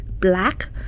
Black